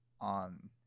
on